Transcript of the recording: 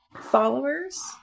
followers